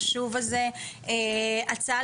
תודה רבה לכל הנוכחים שהגיעו לדיון החשוב הזה - הצעה